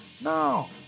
no